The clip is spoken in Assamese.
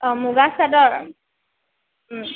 অঁ মুগা চাদৰ